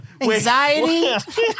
anxiety